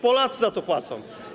Polacy za to płacą.